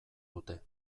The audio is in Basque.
dute